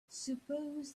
suppose